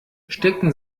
stecken